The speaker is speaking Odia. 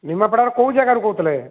ନିମାପଡ଼ାର କେଉଁ ଜାଗାରୁ କହୁଥିଲେ